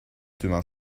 demain